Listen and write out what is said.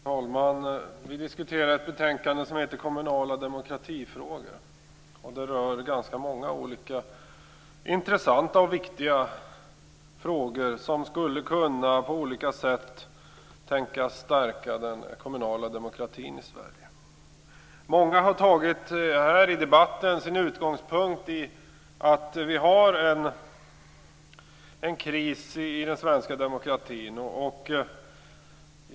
Herr talman! Vi diskuterar ett betänkande som heter Kommunala demokratifrågor. Det rör ganska många olika, intressanta och viktiga frågor som på olika sätt skulle kunna tänkas stärka den kommunala demokratin i Sverige. Många har här i debatten tagit sin utgångspunkt i den kris som vi har i den svenska demokratin.